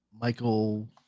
Michael